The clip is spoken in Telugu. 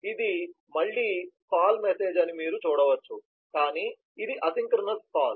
ఇది మళ్ళీ కాల్ మెసేజ్ అని మీరు చూడవచ్చు కానీ ఇది అసింక్రోనస్ కాల్